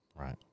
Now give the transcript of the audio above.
Right